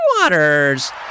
Waters